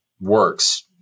works